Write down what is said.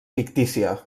fictícia